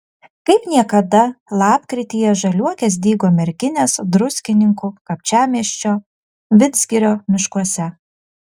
kaip niekada lapkrityje žaliuokės dygo merkinės druskininkų kapčiamiesčio vidzgirio miškuose